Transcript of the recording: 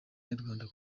nyarwanda